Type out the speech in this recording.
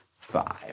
five